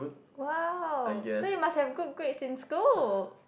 !wow! so you must have good grades in school